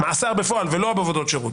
מאסר בפועל לא בעבודות שירות.